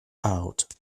out